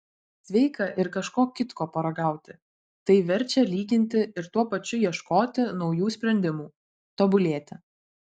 sveika ir kažko kitko paragauti tai verčia lyginti ir tuo pačiu ieškoti naujų sprendimų tobulėti